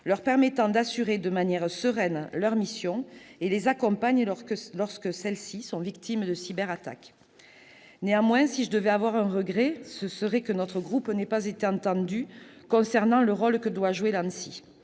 leur permet d'assurer de manière sereine leurs missions et les accompagne lorsqu'elles sont victimes de cyberattaques. Toutefois, si je devais exprimer un regret, ce serait que notre groupe n'ait pas été entendu concernant le rôle que doit jouer l'ANSSI.